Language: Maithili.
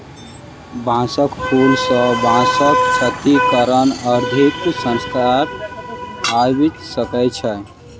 बांसक फूल सॅ बांसक क्षति कारण आर्थिक संकट आइब सकै छै